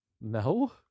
No